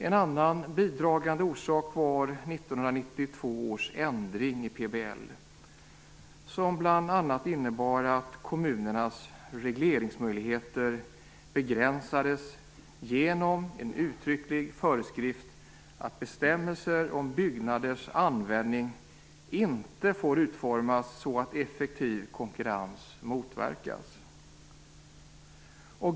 En annan bidragande orsak var 1992 års ändring i PBL, som bl.a. innebar att kommunernas regleringsmöjligheter begränsades genom en uttrycklig föreskrift om att bestämmelser om byggnaders användning inte får utformas så att effektiv konkurrens motverkas.